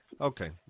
Okay